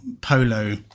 polo